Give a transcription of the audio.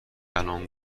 الان